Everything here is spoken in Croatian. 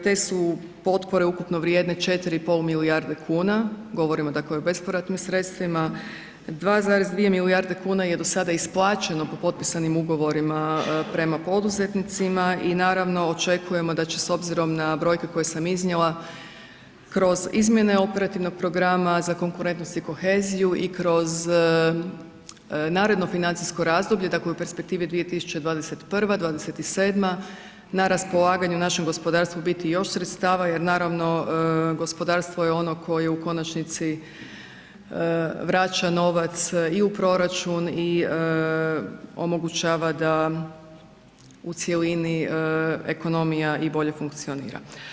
Te su potpore ukupno vrijedne 4,5 milijarde kuna, govorimo dakle o bespovratnim sredstvima, 2,2 milijuna kuna je do sada isplaćeno po potpisanim ugovorima prema poduzetnicima i naravno, očekujemo da će s obzirom na brojke koje sam iznijela kroz izmjene operativnog programa za konkurentnost i koheziju i kroz naredno financijsko razdoblje, dakle u perspektivi 2021. – 2027., na raspolaganju našem gospodarstvu biti još sredstava jer naravno, gospodarstvo je ono koje u konačnici vraća novac i u proračun i omogućava da u cjelini ekonomija i bolje funkcionira.